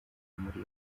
muri